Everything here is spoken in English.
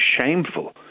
shameful